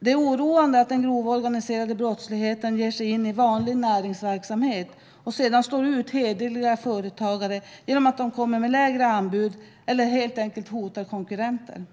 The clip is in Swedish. Det är oroande att den grova organiserade brottsligheten ger sig in i vanlig näringsverksamhet och sedan slår ut hederliga företagare genom att man kommer med lägre anbud eller helt enkelt hotar konkurrenter.